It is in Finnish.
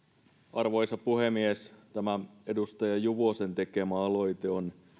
arvoisa puhemies tämä edustaja juvosen tekemä aloite on